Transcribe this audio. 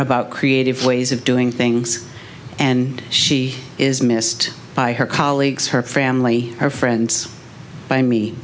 about creative ways of doing things and she is missed by her colleagues her family her friends by me